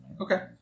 Okay